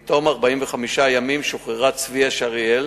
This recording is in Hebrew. עם תום 45 ימים שוחררה צביה שריאל,